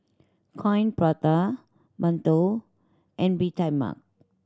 Coin Prata mantou and Bee Tai Mak